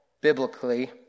biblically